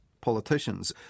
politicians